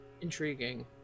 Intriguing